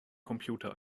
computer